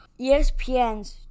ESPN's